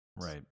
Right